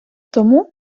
тому